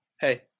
Hey